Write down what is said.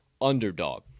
underdog